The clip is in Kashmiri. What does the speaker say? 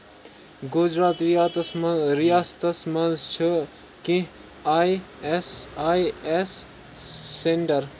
گُجرات رِیاتَس ریاستس مَنٛز چھِ کیٚنہہ I S I S centre